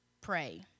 Pray